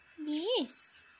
Yes